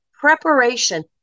preparation